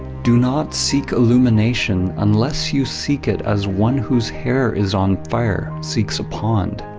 do not seek illumination unless you seek it as one whose hair is on fire seeks a pond